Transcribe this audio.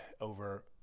over